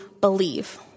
believe